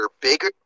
bigger